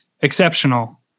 exceptional